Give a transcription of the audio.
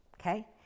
Okay